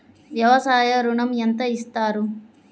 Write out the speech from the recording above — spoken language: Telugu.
వ్యవసాయ ఋణం ఎంత ఇస్తారు?